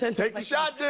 and take the shot,